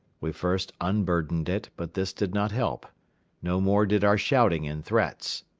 we first unburdened it but this did not help no more did our shouting and threats.